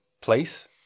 place